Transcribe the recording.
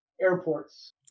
Airports